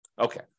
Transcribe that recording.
Okay